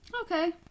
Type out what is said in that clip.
Okay